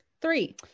Three